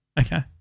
Okay